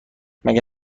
مگه